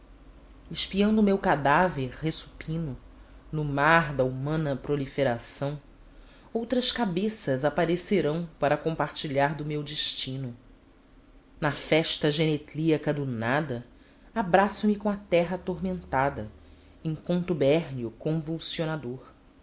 espiando o meu cadáver ressupino no mar da humana proliferação outras cabe as aparecerão para compartilhar do meu destino na festa genetlíaca do nada abraço me com a terra atormentada em contubérnio convulsionador